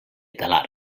talarn